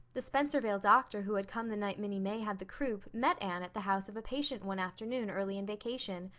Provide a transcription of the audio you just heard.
the spencervale doctor who had come the night minnie may had the croup met anne at the house of a patient one afternoon early in vacation,